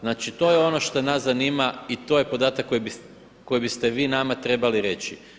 Znači, to je ono što nas zanima i to je podatak koji biste vi nama trebali reći.